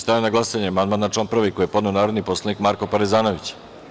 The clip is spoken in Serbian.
Stavljam na glasanje amandman na član 1. koji je podneo narodni poslanik Marko Parezanović.